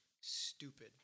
stupid